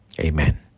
Amen